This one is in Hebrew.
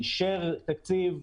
אישר תקציב,